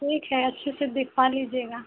ठीक है अच्छे से दिखवा लीजिएगा